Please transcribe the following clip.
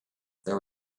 there